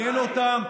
מזה שהרסתם,